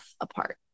apart